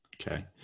Okay